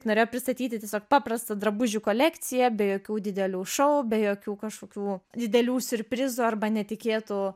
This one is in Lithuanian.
norėjo pristatyti tiesiog paprastą drabužių kolekciją be jokių didelių šou be jokių kažkokių didelių siurprizų arba netikėtų